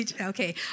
Okay